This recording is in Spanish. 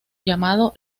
llamado